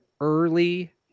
early